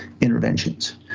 interventions